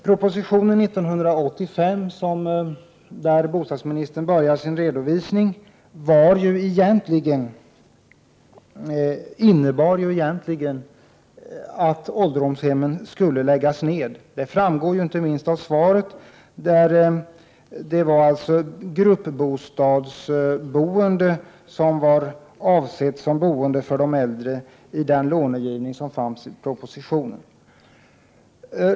Propositionen från 1985 innebar egentligen att ålderdomshemmen skulle läggas ner, och det framgår inte minst av svaret. Lånegivningen skulle enligt propositionen avse gruppbostadsboende.